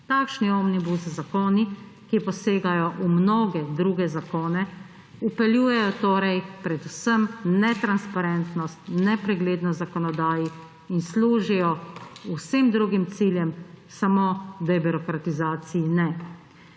Takšni omnibus zakoni, ki posegajo v mnoge druge zakone, vpeljujejo torej predvsem netransparentnost, nepreglednost zakonodaj in služijo vsem drugim ciljem, samo debirokratizaciji ne.